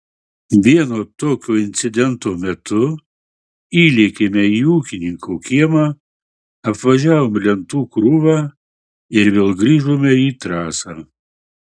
vieno tokio incidento metu įlėkėme į ūkininko kiemą apvažiavome lentų krūvą ir vėl grįžome į trasą